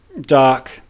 dark